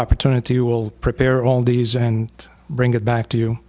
opportunity you will prepare all these and bring it back to you